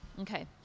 Okay